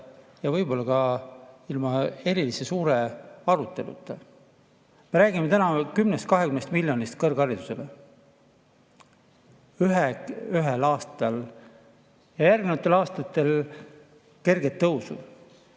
ja võib-olla ka ilma erilise aruteluta. Me räägime täna 10–20 miljonist kõrgharidusele ühel aastal ja järgnevatel aastatel kergest tõusust,